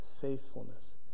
faithfulness